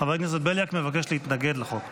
--- חבר הכנסת בליאק מבקש להתנגד לחוק.